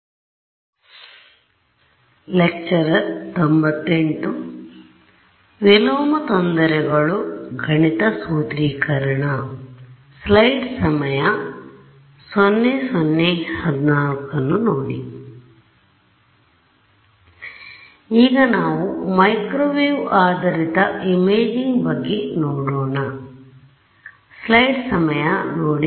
ಆದ್ದರಿಂದ ಈಗ ನಾವು ಮೈಕ್ರೊವೇವ್ ಆಧಾರಿತ ಇಮೇಜಿಂಗ್ ಬಗ್ಗೆ ನೋಡೋಣ ಪಡೆಯೋಣ